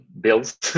bills